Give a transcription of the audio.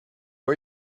are